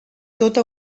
tota